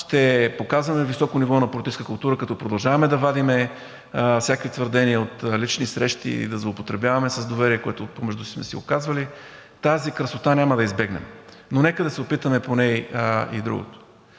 ще показваме високо ниво на политическа култура, като продължаваме да вадим всякакви твърдения от лични срещи и да злоупотребяваме с доверие, което помежду си сме си оказвали. Тази красота няма да я избегнем, но нека да се опитаме поне и другото.